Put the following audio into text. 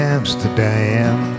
Amsterdam